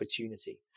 opportunity